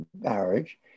marriage